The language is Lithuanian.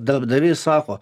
darbdavys sako